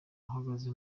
uhagaze